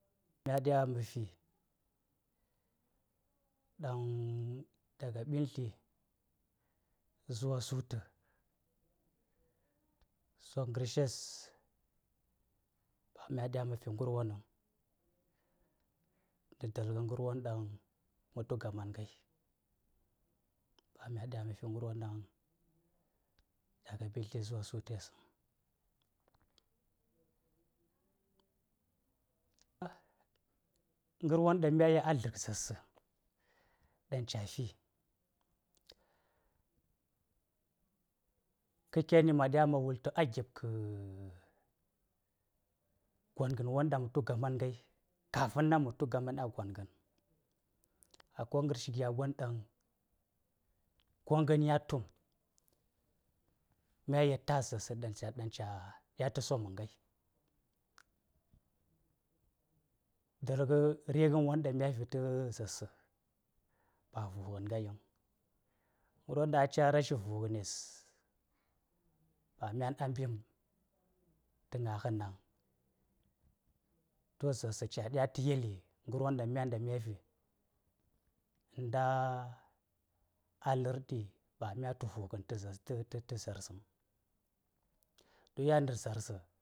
Mya ɗya mə fi ɗaŋ daga ɓintli zuwa sutu so ngər shes mya ɗya mə fi ngər wonən tə ta yel ngər won ɗaŋ mə tu gaman ngai ba mya ɗya mə fi ngər won ɗaŋ daga ɓin tla zuwa sutes ngər won ɗaŋ mya yeli a dlak zaar sə ɗaŋ caa fi kə keni ma ɗya ma wultu a gip kə gon ngən won daŋ mə tu gaman a gon ɗaŋ ko ngən ya tum mya yel tas zaar sə daŋ caa ɗya tə so məm ngai dur ngə ringɗan won dəŋ mya fi tə zaar sə ba vu ngən nga yin ngərwon ɗaŋ a caa rashi vu-ngənes ba myan a mɓin tə ngaa ngə zaarəŋ to zaar sə caa ɗya tə yeli myan ngər won dən mya fi inta a lərdi ɗan ba mya tu vu ngən to zaar səŋ yan nə zaar sə